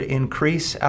increase